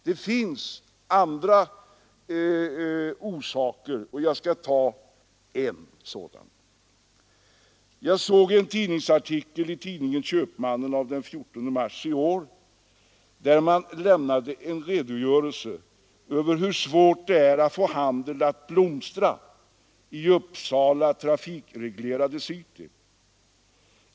Det finns andra orsaker, och jag skall nämna en sådan. Jag såg i en tidningsartikel i tidningen Köpmannen av den 14 mars i år en redogörelse för hur svårt det är att få handeln att blomstra i Uppsalas trafikreglerade city.